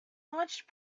launched